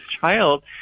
child